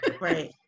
Right